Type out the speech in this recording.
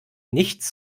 nichts